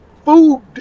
food